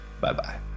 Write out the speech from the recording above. Bye-bye